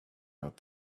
out